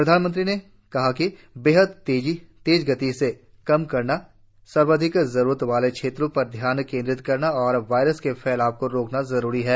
प्रधानमंत्री ने कहा कि बेहद तेज गति से काम करना सर्वाधिक जरूरत वाले क्षेत्र पर ध्यान केन्द्रित करना और वायरस के फैलाव को रोकना जरूरी है